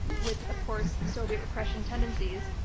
with, of course, soviet repression tendencies.